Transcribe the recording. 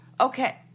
Okay